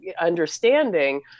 understanding